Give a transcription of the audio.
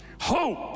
Hope